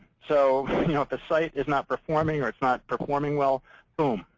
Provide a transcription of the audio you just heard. so you know if the site is not performing or it's not performing well boom!